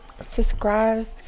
subscribe